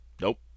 Nope